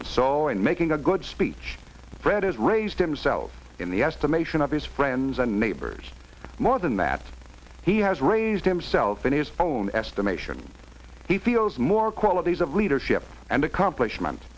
it so and making a good speech fred has raised himself in the estimation of his friends and neighbors more than that he has raised himself in his own estimation he feels more qualities of leadership and accomplishment